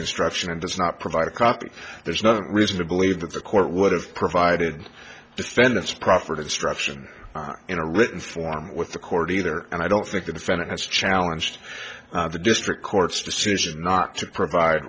instruction and does not provide a copy there's no reason to believe that the court would have provided defendants proffered instruction in a written form with the court either and i don't think the defendant has challenged the district court's decision not to provide